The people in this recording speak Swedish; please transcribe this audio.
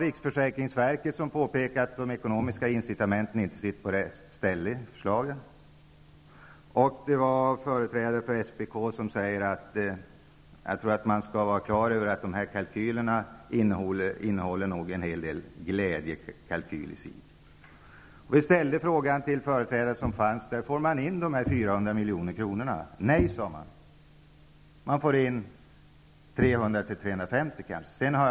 Riksförsäkringsverket påpekade att de ekonomiska incitamenten inte sitter på rätt ställe i förslaget, och företrädare för SPK sade att man skall vara på det klara med att dessa förslag nog till en del grundar sig på glädjekalkyler. Vi ställde till de företrädare som deltog i utfrågningen frågan: Får man in dessa 400 milj.kr.? Svaret var: Nej, man får in kanske 300--350 milj.kr.